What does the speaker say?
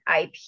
IP